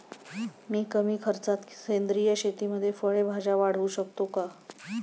मी कमी खर्चात सेंद्रिय शेतीमध्ये फळे भाज्या वाढवू शकतो का?